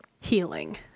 healing